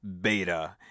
beta